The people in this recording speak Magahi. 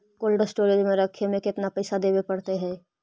कोल्ड स्टोर में रखे में केतना पैसा देवे पड़तै है?